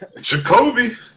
Jacoby